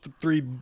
three